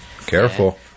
Careful